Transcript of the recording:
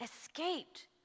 escaped